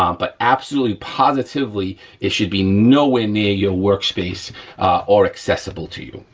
um but absolutely, positively it should be nowhere near your workspace or accessible to you,